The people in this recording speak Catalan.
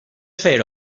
fer